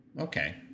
Okay